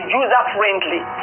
user-friendly